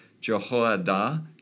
Jehoiada